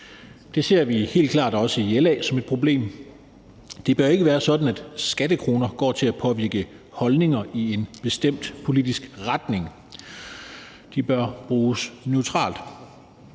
Det ser vi i LA helt klart også som et problem. Det bør ikke være sådan, at skattekroner går til at påvirke holdninger i en bestemt politisk retning. De bør bruges neutralt.